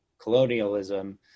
colonialism